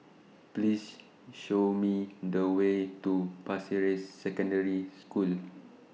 Please Show Me The Way to Pasir Ris Secondary School